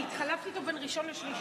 אני התחלפתי איתו בין מקום ראשון לשלישי.